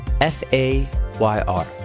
F-A-Y-R